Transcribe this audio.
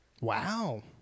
wow